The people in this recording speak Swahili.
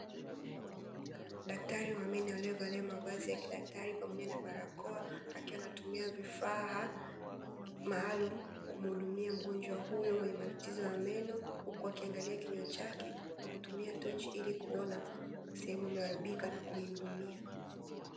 Daktari wa meno aliyevalia mavazi ya kidaktari pamoja na barakoa, akiwa anatumia vifaa maalum kumhudumia mgonjwa huyo mwenye matatizo ya meno. Huku akiangalia kinywa chake kwa kutumia tochi ili kuona sehemu iliyoharibika na kuihudumia.